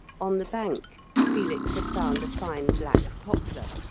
on the bank felix had found a fine black poplar,